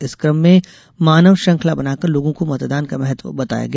इस कम में मानव श्रृंखला बनाकर लोगों को मतदान का महत्व बताया गया